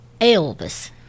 Elvis